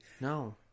No